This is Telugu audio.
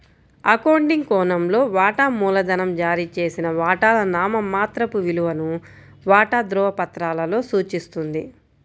అకౌంటింగ్ కోణంలో, వాటా మూలధనం జారీ చేసిన వాటాల నామమాత్రపు విలువను వాటా ధృవపత్రాలలో సూచిస్తుంది